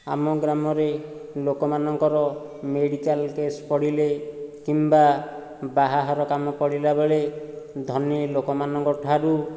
ଆମ ଗ୍ରାମରେ ଲୋକମାନଙ୍କର ମେଡ଼ିକାଲ୍ କେସ୍ ପଡ଼ିଲେ କିମ୍ବା ବାହାଘର କାମ ପଡ଼ିଲା ବେଳେ ଧନିଲୋକ ମାନଙ୍କ ଠାରୁ